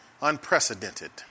unprecedented